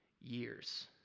years